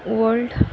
world